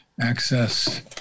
access